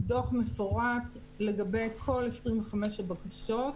דוח מפורט לגבי כל 25 הבקשות.